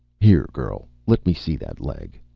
here, girl, let me see that leg.